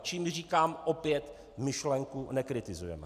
Čími říkám opět myšlenku nekritizujeme.